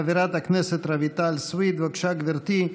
חברת הכנסת רויטל סויד, בבקשה, גברתי.